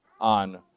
on